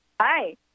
Hi